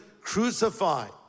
crucified